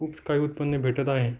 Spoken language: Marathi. खूप काही उत्पन्न भेटत आहे